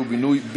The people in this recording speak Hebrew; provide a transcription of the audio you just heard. התשע"ז 2017,